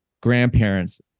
grandparents